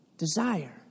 Desire